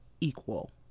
equal